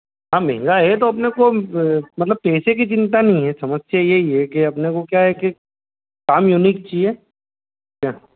हाँ महँगा है तो अपने को मतलब पैसे की चिंता नहीं है समस्या यही है कि अपने को क्या है कि काम यूनिक चाहिए क्या